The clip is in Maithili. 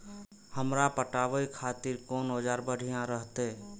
हमरा पटावे खातिर कोन औजार बढ़िया रहते?